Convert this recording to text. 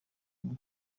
kujya